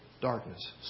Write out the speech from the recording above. darkness